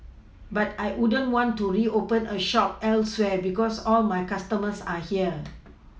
but I wouldn't want to reopen a shop elsewhere because all my customers are here